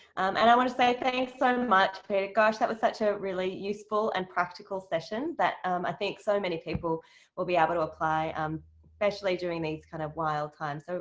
and i want to say thanks so much, peter. gosh, that was such a really useful and practical session that um i think so many people will be able to apply um especially during these kind of wild times. so